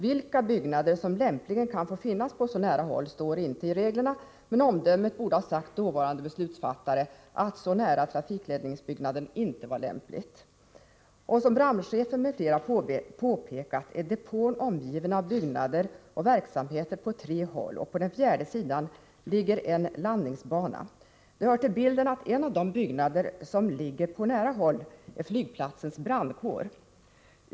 Vilka byggnader som rimligen kan få finnas på så nära håll står inte i reglerna, men omdömet borde ha sagt dåvarande beslutsfattare att en placering så nära trafikledningsbyggnaden inte var lämplig. Som brandchefen m.fl. har påpekat är depån omgiven av byggnader och verksamheter på tre håll, och på den fjärde sidan ligger en landningsbana. Det hör till bilden att en av de byggnader som ligger på nära håll är flygplatsens brandstation.